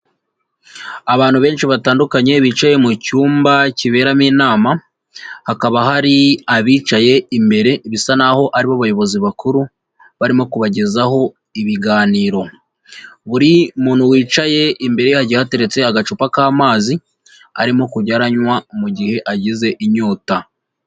Abantu benshi batandukanye bicaye mu cyumba kiberamo inama, hakaba hari abicaye imbere bisa naho ari bo bayobozi bakuru barimo kubagezaho ibiganiro, buri muntu wicaye imbere hagiye hateretse agacupa k'amazi arimo kujya aranywa mu gihe agize inyota.